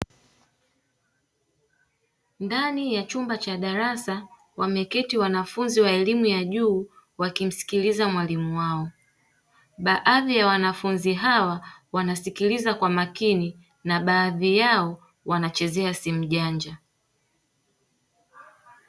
Ndani ya chumba cha darasa wameketi wanafunzi wa elimu ya juu wakimsikiliza mwalimu wao. Baadhi ya wanafunzi hawa wanasikiliza kwa makini na baadhi yao wanachezea simu janja.